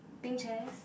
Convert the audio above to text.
pink chairs